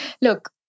Look